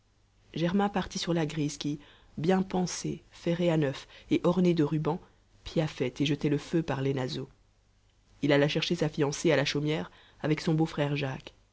germain partit sur la grise qui bien pansée ferrée à neuf et ornée de rubans piaffait et jetait le feu par les naseaux il alla chercher sa fiancée à la chaumière avec son beau-frère jacques